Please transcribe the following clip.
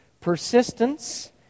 persistence